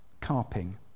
carping